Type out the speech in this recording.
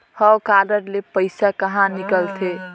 हव कारड ले पइसा कहा निकलथे?